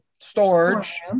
storage